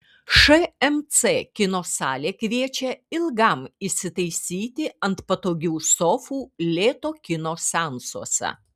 šmc kino salė kviečia ilgam įsitaisyti ant patogių sofų lėto kino seansuose